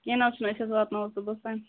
کیٚنٛہہ نہَ حظ چھُنہٕ أسۍ حظ واتناوو صُبحس تانۍ